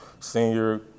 senior